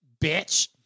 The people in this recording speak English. bitch